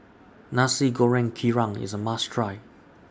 Nasi Goreng Kerang IS A must Try